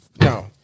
No